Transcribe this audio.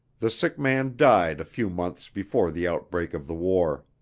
the sick man died a few months before the outbreak of the war.